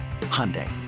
Hyundai